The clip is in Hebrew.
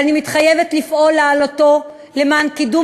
ואני מתחייבת לפעול להעלותו למען קידום